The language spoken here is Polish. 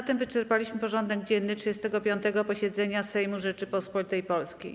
Na tym wyczerpaliśmy porządek dzienny 35. posiedzenia Sejmu Rzeczypospolitej Polskiej.